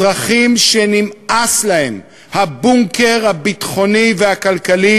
אזרחים שנמאס להם הבונקר הביטחוני והכלכלי